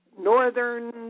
northern